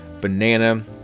banana